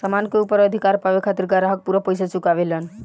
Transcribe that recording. सामान के ऊपर अधिकार पावे खातिर ग्राहक पूरा पइसा चुकावेलन